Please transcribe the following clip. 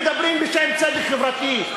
מדברים בשם צדק חברתי,